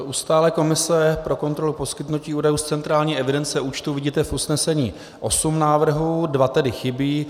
U stálé komise pro kontrolu poskytnutí údajů z centrální evidence účtů vidíte v usnesení osm návrhů, dva tedy chybí.